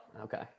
okay